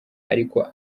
ariko